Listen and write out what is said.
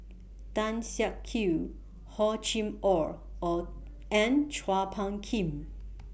Tan Siak Kew Hor Chim Or and Chua Phung Kim